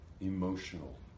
emotional